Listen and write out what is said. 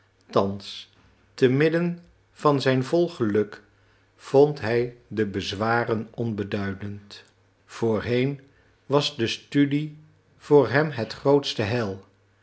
thans te midden van zijn vol geluk vond hij de bezwaren onbeduidend voorheen was de studie voor hem het grootste heil